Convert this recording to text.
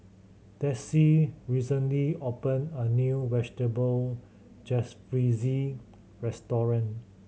Dessie recently opened a new Vegetable Jalfrezi Restaurant